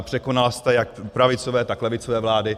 Překonala jste jak pravicové, tak levicové vlády.